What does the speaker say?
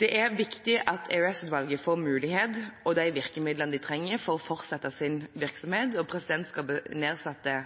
Det er viktig at EOS-utvalget får mulighet og de virkemidler det trenger for å fortsette sin virksomhet. Presidentskapet nedsatte